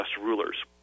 rulers